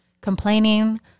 complaining